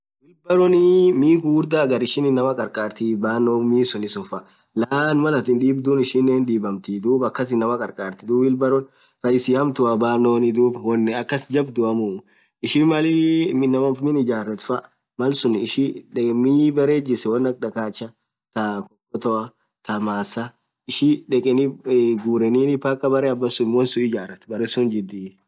Wheelbarrow nii mii ghughurdha haghar ishin inamaa kharkharthi banno mii sunni sunnfaa laaan Mal athin dhiibdhu dhub ishin hin dhibamtiii dhub akhas inamaa kharkharthiii dhub wheelbarrown rahisiii hamtua bannoni dhub won akhas jabdhuamuu ishin Maliiii inamaa faa minn ijareth faaa malsun ishi dhe mii berre jisen won akha dhakhacha thaa kokotoa thaa masaaa ishii dhekeni ii ghureninn mpkaa berre abhasun wonsun ijarethu beree sunith jidhiii